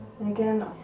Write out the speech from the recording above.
again